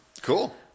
Cool